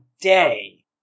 day